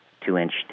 two-inch